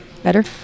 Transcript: better